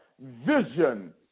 vision